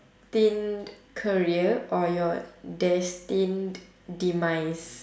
~tined career or your destined demise